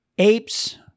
Apes